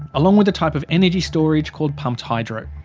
along with a type of energy storage called pumped hydro.